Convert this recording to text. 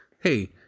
Hey